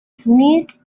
smith